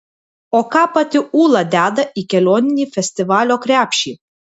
o ką pati ūla deda į kelioninį festivalio krepšį